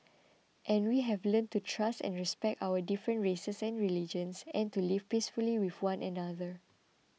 and we have learnt to trust and respect our different races and religions and to live peacefully with one another